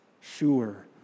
sure